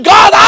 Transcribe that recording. God